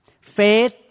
Faith